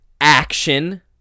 action